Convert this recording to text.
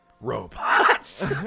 robots